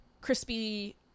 crispy